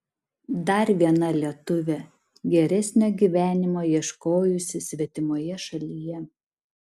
dar viena lietuvė geresnio gyvenimo ieškojusi svetimoje šalyje